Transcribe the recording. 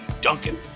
Duncan